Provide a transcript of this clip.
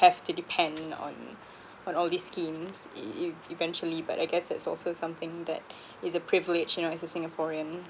have to depend on on all these schemes if eventually but I guess that's also something that is a privilege you know as a singaporean